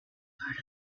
part